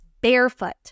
barefoot